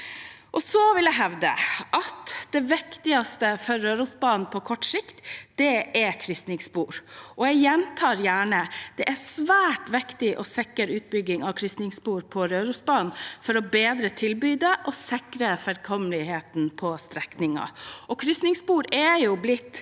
jeg hevde at det viktigste for Rørosbanen på kort sikt er krysningsspor. Jeg gjentar gjerne: Det er svært viktig å sikre utbygging av krysningsspor på Rørosbanen for å bedre tilbudet og sikre framkommeligheten på strekningen.